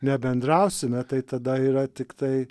nebendrausime tai tada yra tiktai